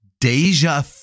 Deja